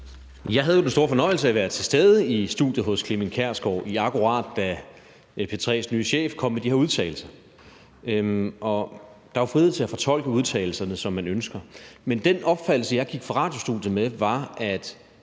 Jeg havde jo den store fornøjelse at være til stede i studiet hos Clement Kjersgaard, lige akkurat da P3's nye chef kom med de her udtalelser. Og der er jo frihed til at fortolke udtalelserne, som man ønsker. Men den opfattelse, jeg gik fra radiostudiet med, var, at